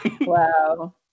wow